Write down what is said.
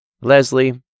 Leslie